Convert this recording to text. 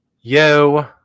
Yo